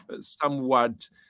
somewhat